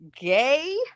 gay